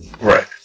Right